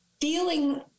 feeling